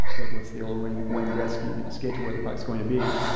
what's the old wayne wayne gretzky? skate to where the puck's going to be.